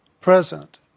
present